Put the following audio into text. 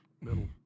middle